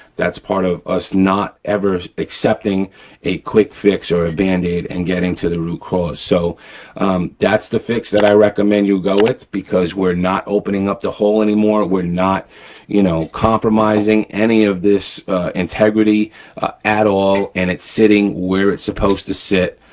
that's part of us not ever accepting a quick fix or a band-aid, and getting to the root cause. so that's the fix that i recommend you go with because we're not opening up the hole anymore, we're not you know compromising any of this integrity at all, and it's sitting where it's supposed to sit,